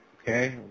Okay